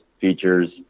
features